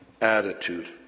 attitude